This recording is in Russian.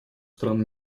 стран